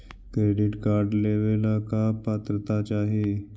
Credit card लेवेला का पात्रता चाही?